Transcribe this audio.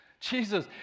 Jesus